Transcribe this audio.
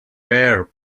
ware